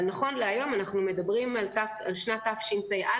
אבל נכון להיום אנחנו מדברים על שנת תשפ"א